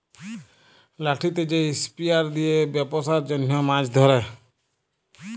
লাঠিতে যে স্পিয়ার দিয়ে বেপসার জনহ মাছ ধরে